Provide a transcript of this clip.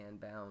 bound